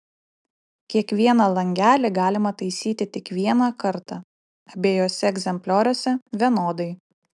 kiekvieną langelį galima taisyti tik vieną kartą abiejuose egzemplioriuose vienodai